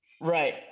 right